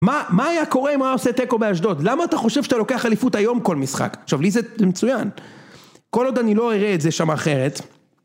מה היה קורה אם היה עושה תיקו באשדוד? למה אתה חושב שאתה לוקח אליפות היום כל משחק? עכשיו, לי זה מצוין. כל עוד אני לא אראה את זה שם אחרת.